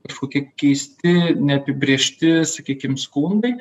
kažkoki keisti neapibrėžti sakykim skundai